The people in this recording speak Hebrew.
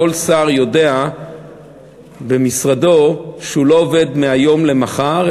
כל שר יודע במשרדו שהוא לא עובד מהיום למחר,